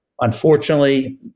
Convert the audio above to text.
Unfortunately